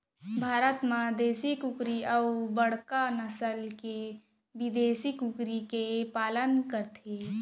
भारत म देसी कुकरी अउ बड़का नसल के बिदेसी कुकरी के पालन करथे